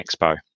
Expo